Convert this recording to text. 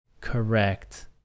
correct